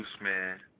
Man